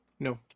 No